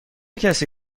کسی